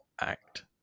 act